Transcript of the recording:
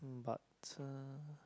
um but uh